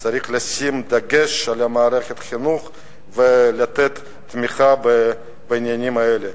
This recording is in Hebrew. צריך לשים דגש על מערכת החינוך ולתת תמיכה בעניינים האלה.